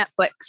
Netflix